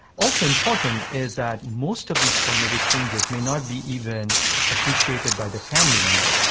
also important is that most of these cognitive changes may not be even appreciated by their family member.